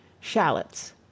shallots